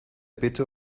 bitte